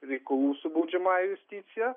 reikalų su baudžiamąja justicija